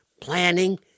planning